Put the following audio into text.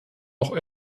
auch